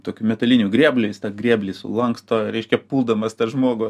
tokiu metaliniu grėbliu jis tą grėblį sulanksto reiškia puldamas tą žmogų